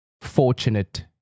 fortunate